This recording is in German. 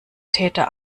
täter